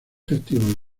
festivos